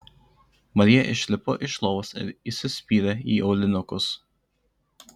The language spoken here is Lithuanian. marija išlipo iš lovos ir įsispyrė į aulinukus